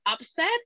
upset